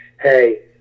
hey